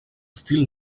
style